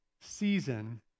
season